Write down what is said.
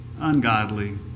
ungodly